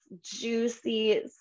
juicy